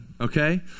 okay